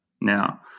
Now